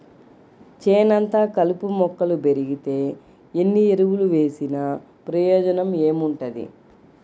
చేనంతా కలుపు మొక్కలు బెరిగితే ఎన్ని ఎరువులు వేసినా ప్రయోజనం ఏముంటది